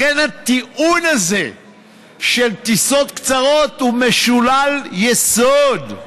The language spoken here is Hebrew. הטיעון הזה של טיסות קצרות הוא משולל יסוד.